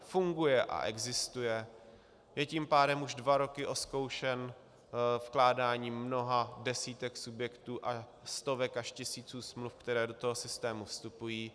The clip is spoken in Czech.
Funguje a existuje a je tím pádem už dva roky odzkoušen vkládáním mnoha desítek subjektů a stovek až tisíců smluv, které do toho systému vstupují.